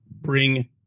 bring